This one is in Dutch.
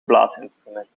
blaasinstrumenten